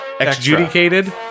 Exjudicated